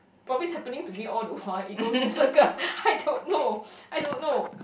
probably happening to me all the while it goes in circle I don't know I don't know